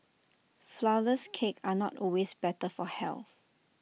Flourless Cakes are not always better for health